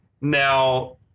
Now